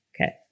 Okay